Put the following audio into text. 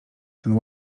ten